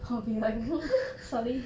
like